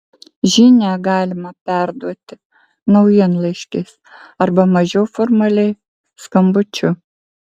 žinią galimą perduoti naujienlaiškiais arba mažiau formaliai skambučiu